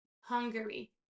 Hungary